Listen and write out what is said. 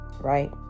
Right